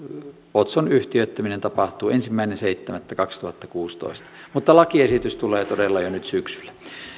otson yhtiöittäminen tapahtuu ensimmäinen seitsemättä kaksituhattakuusitoista mutta lakiesitys tulee todella jo nyt syksyllä